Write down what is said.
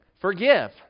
forgive